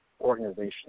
organization